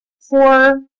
four